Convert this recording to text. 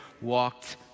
walked